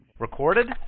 Recorded